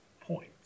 point